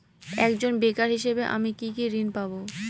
একজন বেকার হিসেবে আমি কি কি ঋণ পাব?